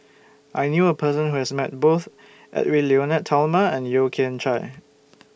I knew A Person Who has Met Both Edwy Lyonet Talma and Yeo Kian Chye